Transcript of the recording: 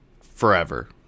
forever